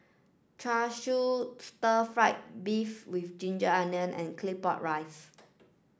Char Siu Stir Fried Beef with Ginger Onions and Claypot Rice